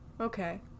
Okay